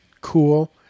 cool